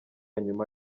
nyuma